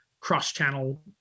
cross-channel